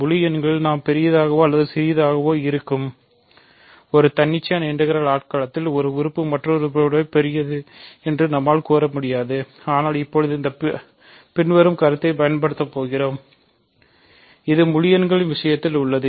முழு எண்களில் நாம் பெரியதாகவோ அல்லது சிறியதாகவோ இருக்கும் ஒரு தன்னிச்சையான இன்டெக்ரால் ஆட்களத்தில் ஒரு உறுப்பு மற்றொரு உறுப்பை விட பெரியது என்று நாம் கூற முடியாது ஆனால் இப்போது இந்த பின்வரும் கருத்தை பயன்படுத்தப் போகிறோம் இது முழு எண்ணின் விஷயத்திலும் உள்ளது